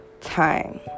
time